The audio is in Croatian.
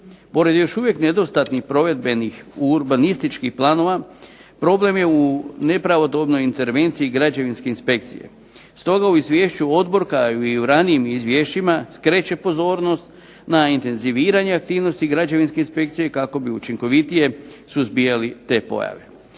Pored još uvijek nedostatnih provedbenih urbanističkih planova, problem je u nepravodobnoj intervenciji građevinske inspekcije, stoga u izvješću odbor kao i u ranijim izvješćima skreće pozornost na intenziviranje aktivnosti građevinske inspekcije kako bi učinkovitije suzbijali te pojave.